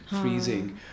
freezing